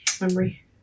memory